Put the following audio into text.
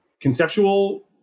conceptual